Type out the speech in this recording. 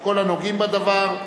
כל הנוגעים בדבר,